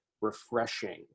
refreshing